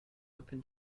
open